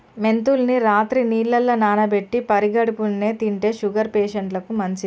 మెంతుల్ని రాత్రి నీళ్లల్ల నానబెట్టి పడిగడుపున్నె తింటే షుగర్ పేషంట్లకు మంచిది